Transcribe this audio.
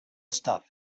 stuff